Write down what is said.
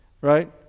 right